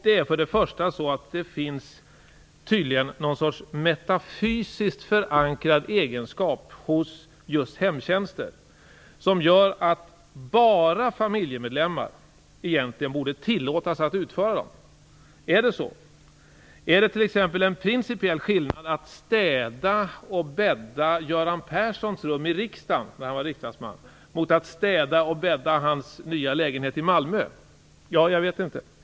Den första frågan gäller att det tydligen finns någon sorts metafysiskt förankrad egenskap hos just hemtjänster som gör att bara familjemedlemmar egentligen borde tillåtas att utföra dem. Är det så? Är det t.ex. en principiell skillnad mellan att städa och bädda Göran Perssons rum i riksdagen - jag tänker på den tid då han var riksdagsman - och att städa och bädda hans nya lägenhet i Malmö? Jag vet inte.